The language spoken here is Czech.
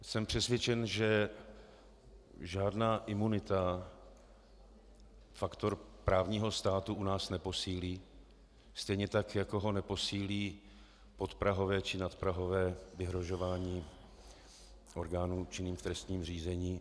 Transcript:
Jsem přesvědčen, že žádná imunita faktor právního státu u nás neposílí, stejně tak jako ho neposílí podprahové či nadprahové vyhrožování orgánům činným v trestním řízení.